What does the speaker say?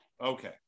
Okay